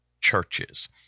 churches